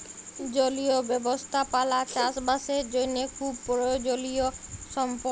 জলীয় ব্যবস্থাপালা চাষ বাসের জ্যনহে খুব পরয়োজলিয় সম্পদ